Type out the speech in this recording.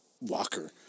Walker